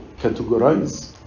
categorize